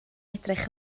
edrych